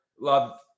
Love